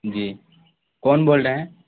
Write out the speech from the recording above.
جی کون بول رہے ہیں